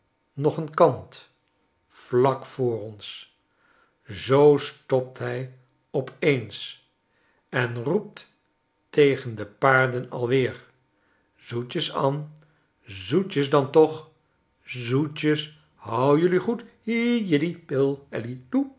nog een kant vlak voor ons zoo stopt hij op eens en roept tegen de paarden alweer zoetjes an zoetjes dan toch zoetjes hou jelui goed hi